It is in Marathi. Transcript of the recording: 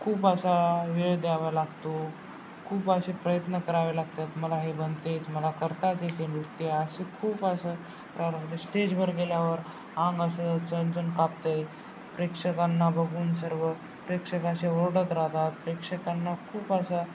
खूप असा वेळ द्यावा लागतो खूप असे प्रयत्न करावे लागतात मला हे बनतेच मला करताच येते नृत्य असे खूप असं क स्टेजवर गेल्यावर अंग असं चण चण कापते प्रेक्षकांना बघून सर्व प्रेक्षक असे ओरडत राहतात प्रेक्षकांना खूप असं